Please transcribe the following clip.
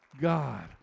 god